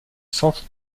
centre